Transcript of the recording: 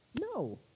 No